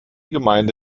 gemeinde